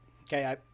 Okay